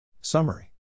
Summary